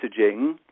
messaging